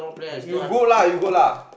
you you good lah you good lah